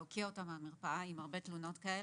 להוקיע אותם מהמרפאה עם הרבה תלונות כאלה.